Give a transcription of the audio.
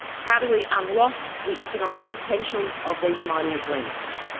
how do we unlock the economic potential of these mining agreements?